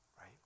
right